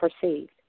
perceived